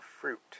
fruit